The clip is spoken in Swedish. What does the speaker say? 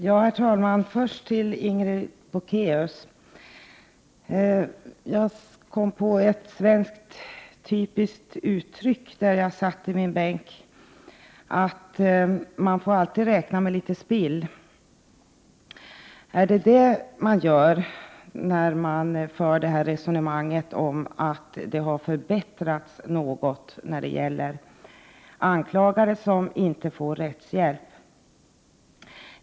Herr talman! Först några ord till Sigrid Bolkéus. Jag kom på ett typiskt svenskt uttryck där jag satt i min bänk: Man får alltid räkna med litet spill. Är det vad man gör, när man för resonemanget om att det har skett vissa förbättringar, trots att det finns anklagade som inte får rättshjälp?